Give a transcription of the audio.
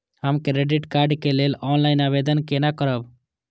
हम credit card के लेल ऑनलाइन आवेदन केना करब?